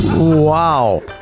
Wow